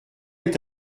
est